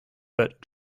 but